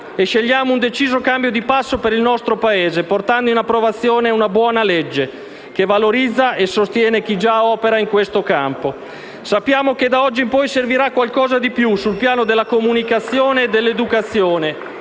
e scegliamo un deciso cambio di passo per il nostro Paese, portando in approvazione una buona legge, che valorizza e sostiene chi già opera in questo campo. Sappiamo che da oggi in poi servirà qualcosa in più, sul piano della comunicazione e dell'educazione,